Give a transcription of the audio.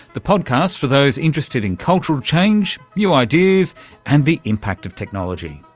the podcast for those interested in cultural change, new ideas and the impact of technology.